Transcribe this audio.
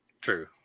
True